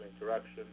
interaction